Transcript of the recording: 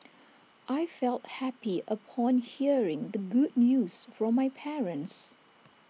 I felt happy upon hearing the good news from my parents